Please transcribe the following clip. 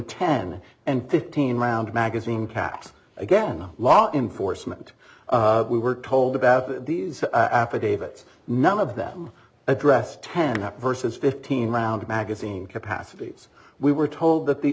ten and fifteen round magazine packs again law enforcement we were told about these affidavits none of them address ten out versus fifteen round magazine capacities we were told that the